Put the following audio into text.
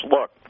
look